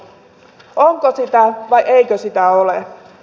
onko sitä vai eikö sitä ole